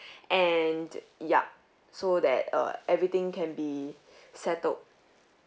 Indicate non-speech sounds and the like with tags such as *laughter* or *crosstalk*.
*breath* and yup so that uh everything can be *breath* settled